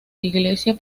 iglesia